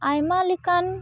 ᱟᱭᱢᱟ ᱞᱮᱠᱟᱱ